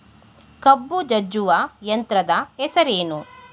ಕಬ್ಬು ಜಜ್ಜುವ ಯಂತ್ರದ ಹೆಸರೇನು?